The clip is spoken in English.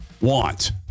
want